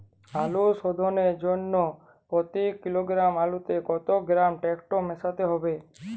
আলু শোধনের জন্য প্রতি কিলোগ্রাম আলুতে কত গ্রাম টেকটো মেশাতে হবে?